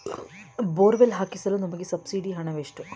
Borewell ಹಾಕಿಸಲು ನಮಗೆ ಸಬ್ಸಿಡಿಯ ಹಣವೆಷ್ಟು?